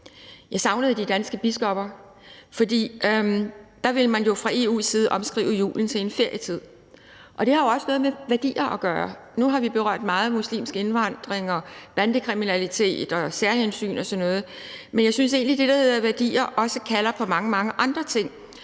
Jeg savnede de danske biskopper, for der ville man jo fra EU's side omskrive julen til en ferietid, og det har jo også noget med værdier at gøre. Nu har vi berørt muslimsk indvandring og bandekriminalitet og særhensyn og sådan noget meget, men jeg synes egentlig, at det, der hedder værdier, også kalder på mange, mange andre ting,